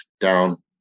down